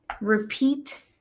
Repeat